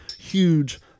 huge